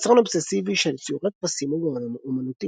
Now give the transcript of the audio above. יצרן אובססיבי של ציורי כבשים או גאון אמנותי.